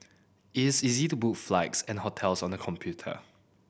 its easy to book flights and hotels on the computer